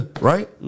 Right